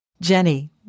Jenny